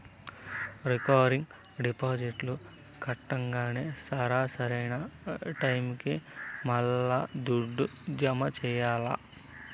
recurring డిపాజిట్లు కట్టంగానే సరా, సరైన టైముకి మల్లా దుడ్డు జమ చెయ్యాల్ల